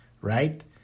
right